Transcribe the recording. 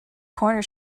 corner